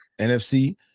NFC